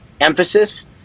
emphasis